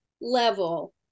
level